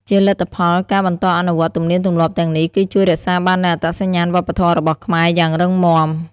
ជាលទ្ធផល ការបន្តអនុវត្តទំនៀមទម្លាប់ទាំងនេះ គឺជួយ រក្សាបាននូវអត្តសញ្ញាណវប្បធម៌របស់ខ្មែរ យ៉ាងរឹងមាំ។